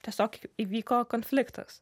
tiesiog įvyko konfliktas